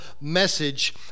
message